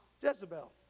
Jezebel